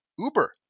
Uber